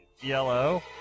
yellow